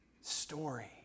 story